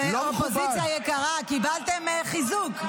אופוזיציה יקרה, קיבלתם חיזוק.